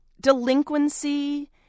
delinquency